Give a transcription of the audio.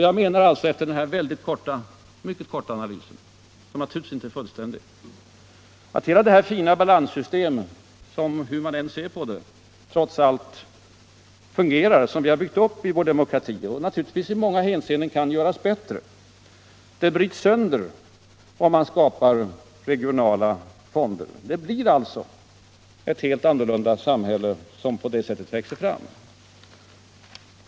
Jag menar alltså, efter denna mycket korta analys som naturligtvis inte är fullständig, att hela det fina balanssystem som vi har byggt upp i vår demokrati och som naturligtvis i många hänseenden kan göras bättre men som — hur man än ser på det — trots allt fungerar, det bryts sönder om man skapar regionala fonder. Det blir således ett helt annorlunda samhälle som på det sättet växer fram.